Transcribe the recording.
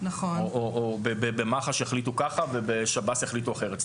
או במח"ש יחליטו כך ובשירות בתי הסוהר יחליטו אחרת?